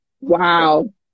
wow